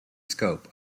scope